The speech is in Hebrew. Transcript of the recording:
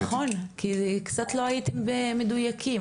נכון קצת לא הייתם מדויקים,